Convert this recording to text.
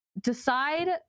decide